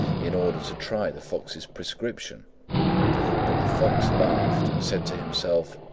in order to try the fox's prescription but the fox laughed and said to himself,